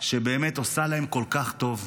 שבאמת עושה להם כל כך טוב.